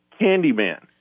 Candyman